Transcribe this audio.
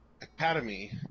academy